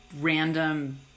random